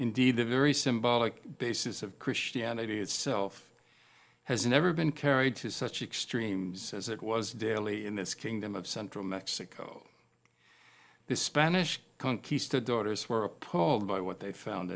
indeed the very symbolic basis of christianity itself has never been carried to such extremes as it was daily in this kingdom of central mexico this spanish conquistadores were appalled by what they found